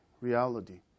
reality